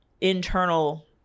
internal